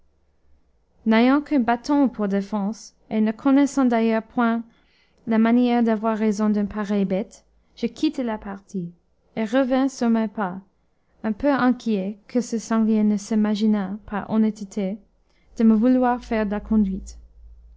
n'ayant qu'un bâton pour défense et ne connaissant d'ailleurs point la manière d'avoir raison d'une pareille bête je quittai la partie et revins sur mes pas un peu inquiet que ce sanglier ne s'imaginât par honnêteté de me vouloir faire la conduite